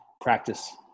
practice